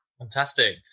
Fantastic